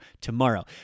tomorrow